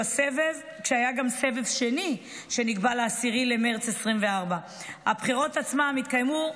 והיה גם סבב שני שנקבע ל-10 במרץ 2024. הבחירות עצמן התקיימו,